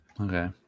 okay